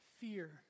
Fear